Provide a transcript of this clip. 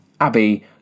Abby